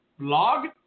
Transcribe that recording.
Blog